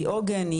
היא עוגן,